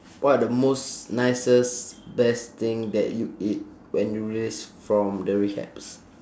what the most nicest best thing that you eat when you release from the rehabs